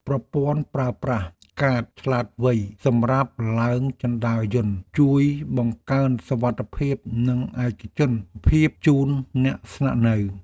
ប្រព័ន្ធប្រើប្រាស់កាតឆ្លាតវៃសម្រាប់ឡើងជណ្តើរយន្តជួយបង្កើនសុវត្ថិភាព និងឯកជនភាពជូនអ្នកស្នាក់នៅ។